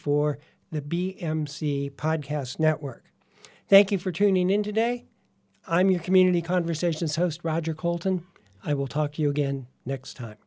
for the b m c podcast network thank you for tuning in today i mean community conversations host roger colton i will talk to you again next time